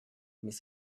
mais